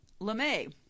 LeMay